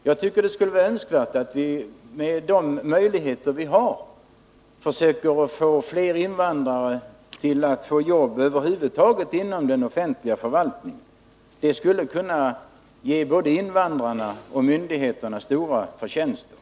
Jag tycker att det vore värdefullt om vi med de möjligheter vi har försöker att få fler invandrare anställda inom den offentliga förvaltningen över huvud taget. Det skulle kunna ge både invandrarna och myndigheterna stora fördelar.